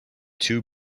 two